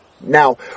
Now